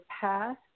past